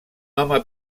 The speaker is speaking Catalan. home